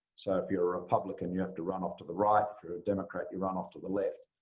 so if you're a republican, you have to run off to the right. if you're a democrat, you run off to the left.